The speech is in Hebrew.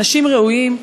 אנשים ראויים.